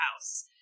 house